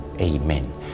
Amen